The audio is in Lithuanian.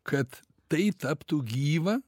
kad tai taptų gyva